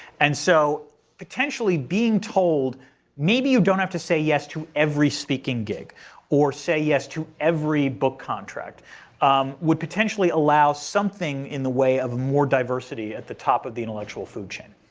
and so potentially being told maybe you don't have to say yes to every speaking gig or say yes to every book contract would potentially allow something in the way of more diversity at the top of the intellectual food chain.